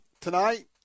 tonight